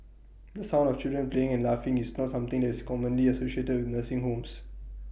the sound of children playing and laughing is not something that is commonly associated with nursing homes